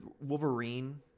Wolverine